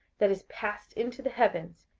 that is passed into the heavens,